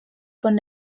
von